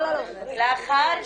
לאחר